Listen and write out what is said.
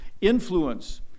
Influence